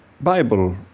Bible